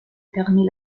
permit